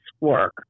work